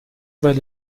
weil